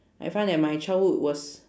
I find that my childhood was